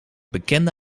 bekende